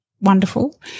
wonderful